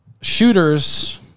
Shooters